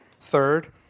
Third